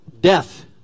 death